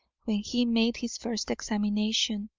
when he made his first examination.